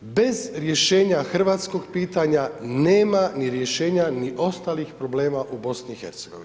Bez rješenja hrvatskog pitanja, nema ni rješenja ostalih problema u BiH.